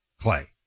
Clay